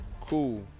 Cool